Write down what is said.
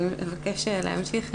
אני מבקשת להמשיך בדברים,